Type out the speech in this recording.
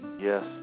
Yes